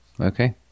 Okay